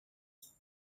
đâu